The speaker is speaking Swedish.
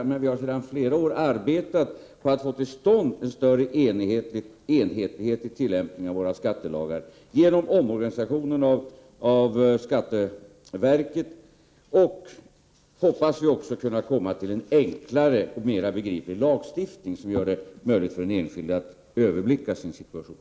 Vi har emellertid sedan flera år arbetat på att få till stånd större enhetlighet i tillämpningen av våra skattelagar genom omorganisationen av skatteverket. Vi hoppas också kunna komma till en enklare och mer begriplig lagstiftning, som gör det möjligt för den enskilde att överblicka sin situation.